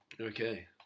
Okay